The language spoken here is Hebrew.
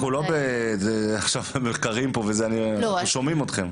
אנחנו שומעים אתכם.